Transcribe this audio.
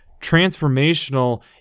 transformational